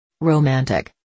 Romantic